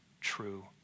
true